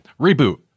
reboot